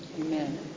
Amen